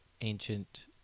ancient